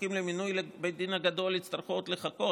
שמחכים למינוי לבית הדין הגדול יצטרכו עוד לחכות?